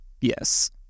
Yes